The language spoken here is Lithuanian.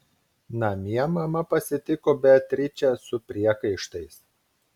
namie mama pasitiko beatričę su priekaištais